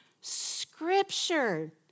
scripture